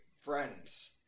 friends